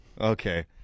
Okay